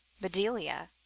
Bedelia